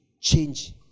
change